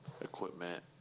equipment